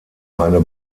eine